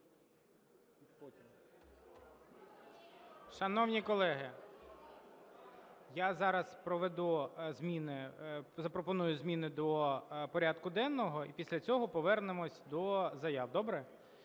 Шановні колеги! Я зараз проведу зміни, запропоную зміни до порядку денного, і після цього повернемося до заяв. Добре?